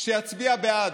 שיצביע בעד.